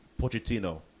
Pochettino